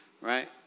right